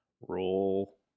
Roll